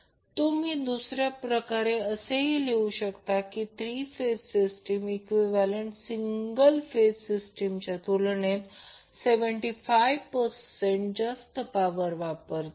किंवा तुम्ही दुसऱ्या प्रकारे लिहू शकता की three phase system equivalent single phase सिस्टीमच्या तुलनेत 75 जास्त पॉवर वापरते